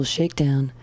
Shakedown